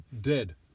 dead